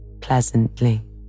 pleasantly